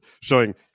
showing